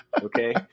okay